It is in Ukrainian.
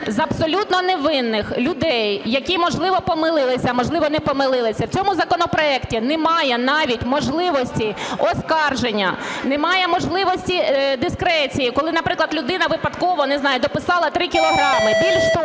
з абсолютно невинних людей, які, можливо, помилилися, а можливо – не помилилися. В цьому законопроекті немає навіть можливості оскарження, немає можливості дискреції, коли, наприклад, людина випадково, не знаю, дописала 3 кілограми. Більш